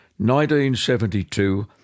1972